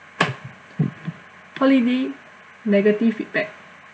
holiday negative feedback